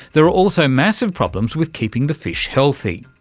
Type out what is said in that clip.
there are also massive problems with keeping the fish healthy.